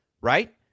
right